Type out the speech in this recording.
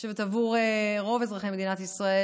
אני חושבת שעבור רוב אזרחי מדינת ישראל,